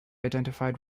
identified